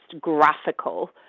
graphical